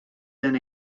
been